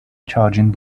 charging